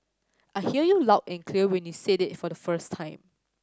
I heard you loud and clear when you said it the first time